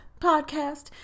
podcast